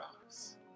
cross